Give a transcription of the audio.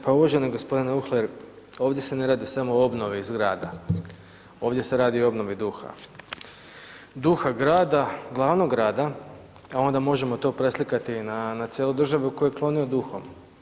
Pa uvaženi gospodine Uhlir, ovdje se ne radi samo o obnovi zgrada ovdje se radi o obnovi duha, duha grada, glavnog grada, a onda možemo to preslikati na cijelu državu u kojoj je klonio duhom.